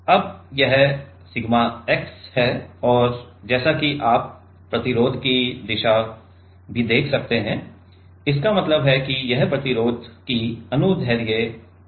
अब यह sigma x है और जैसा कि आप प्रतिरोध की दिशा भी देख सकते हैं इसका मतलब है कि यह प्रतिरोध की अनुदैर्ध्य दिशा है